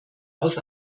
aus